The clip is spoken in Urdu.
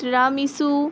رامیسو